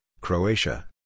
Croatia